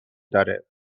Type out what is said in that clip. داره